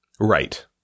Right